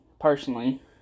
personally